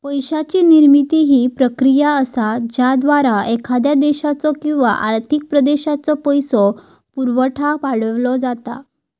पैशाची निर्मिती ही प्रक्रिया असा ज्याद्वारा एखाद्या देशाचो किंवा आर्थिक प्रदेशाचो पैसो पुरवठा वाढवलो जाता